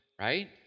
right